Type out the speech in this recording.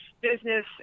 business